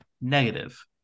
negative